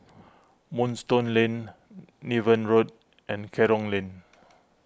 Moonstone Lane Niven Road and Kerong Lane